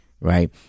right